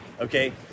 okay